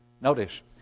Notice